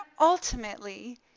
ultimately